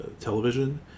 television